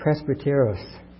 presbyteros